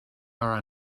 are